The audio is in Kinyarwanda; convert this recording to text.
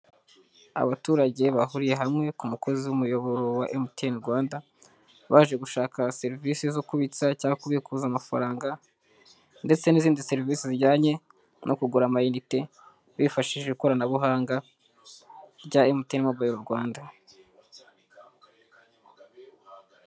Abaturage bahuriye hamwe ku mukozi w'umuyoboro wa MTN Rwanda, baje gushaka serivisi zo kubitsa cyangwa kubikuza amafaranga ndetse n'izindi serivisi zijyanye no kugura amayinite, bifashishije ikoranabuhanga rya MTN mobayiro Rwanda.